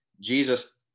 Jesus